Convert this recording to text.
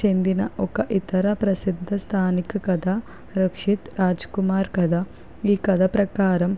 చెందిన ఒక ఇతర ప్రసిద్ధ స్థానిక కథ రక్షిత్ రాజ్కుమార్ కథ ఈ కథ ప్రకారం